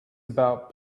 about